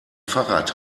fahrrad